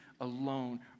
alone